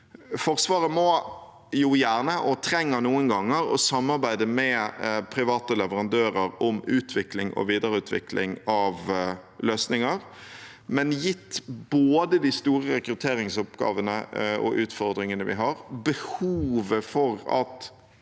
Forsvaret må jo gjerne – og trenger det noen ganger – samarbeide med private leverandører om utvikling og videreutvikling av løsninger, men gitt både de store rekrutteringsoppgavene og -utfordringene vi har, behovet for at